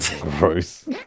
gross